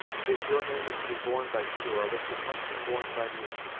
and if your name is to be borne by either of us, it must be borne by me.